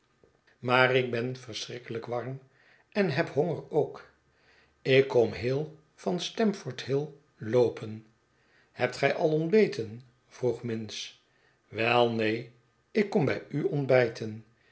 maar ik ben verschrikkelijk warm en heb honger ook ik kom heel van stamford hill loopen hebt gij al ontbeten vroeg minns wel neen ik kom bij u ontbijten